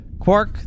Quark